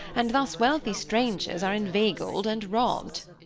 and thus wealthy strangers are inveigled and robbed.